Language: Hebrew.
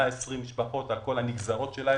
120 משפחות על כל הנגזרות שלהן,